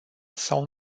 sau